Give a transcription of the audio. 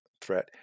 threat